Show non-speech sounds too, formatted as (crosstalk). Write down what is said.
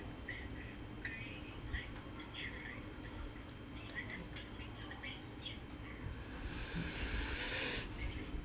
(breath)